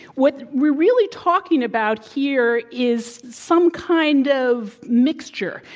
what we're really talking about here is some kind of mixture,